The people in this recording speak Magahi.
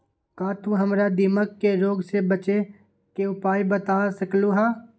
का तू हमरा दीमक के रोग से बचे के उपाय बता सकलु ह?